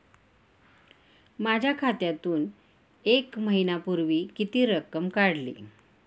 माझ्या खात्यातून एक महिन्यापूर्वी किती रक्कम काढली?